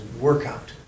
workout